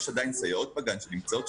יש עדיין סייעות בגן שנמצאות,